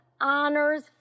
honors